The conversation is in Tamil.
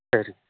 சரி